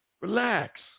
Relax